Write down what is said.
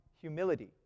humility